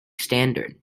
standard